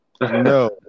No